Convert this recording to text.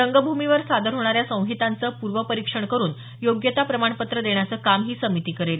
रंगभूमीवर सादर होणाऱ्या संहिताचं पूर्वपरीक्षण करून योग्यता प्रमाणपत्र देण्याचं काम ही समिती करेल